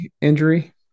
injury